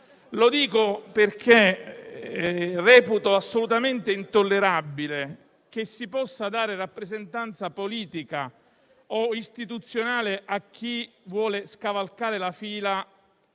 Lo dico perché reputo intollerabile che si possa dare rappresentanza politica o istituzionale a chi vuole scavalcare la fila